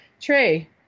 Trey